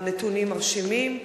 שהנתונים מרשימים.